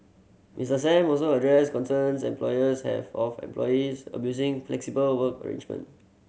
Mister Sam also addressed concerns employers have of employees abusing flexible work arrangement